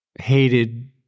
hated